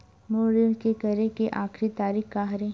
मोर ऋण के करे के आखिरी तारीक का हरे?